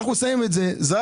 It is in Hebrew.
אנחנו נסיים את זה.